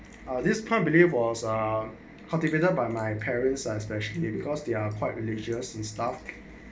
this can't believe was uh cultivated by my parents I especially because they are quite religious and stuff